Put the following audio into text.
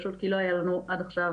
פשוט כי לא היה לנו עד עכשיו,